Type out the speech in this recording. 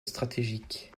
stratégique